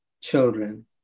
children